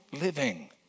living